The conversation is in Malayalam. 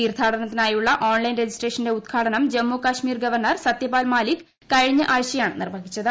തീർത്ഥാടനത്തിനായുളള ഓൺലൈൻ രജിസ്ട്രേഷന്റെ ഉദ്ഘാടനം ജമ്മുകാശ്മീർ ഗവർണർ സത്യപാൽ മാലിക് കഴിഞ്ഞ ആഴ്ചയാണ് നിർവ്വഹിച്ചത്